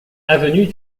avenue